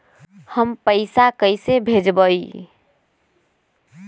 हम पैसा कईसे भेजबई?